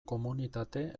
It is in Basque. komunitate